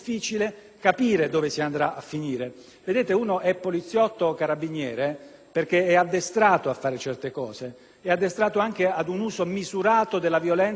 è addestrato a fare certe cose, è addestrato anche ad un uso misurato della violenza quando questa è assolutamente indispensabile. Io non faccio l'ingegnere,